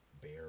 bear